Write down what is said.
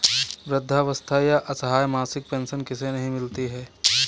वृद्धावस्था या असहाय मासिक पेंशन किसे नहीं मिलती है?